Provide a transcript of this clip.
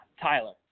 Tyler